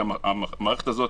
כי המערכת הזאת